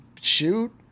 shoot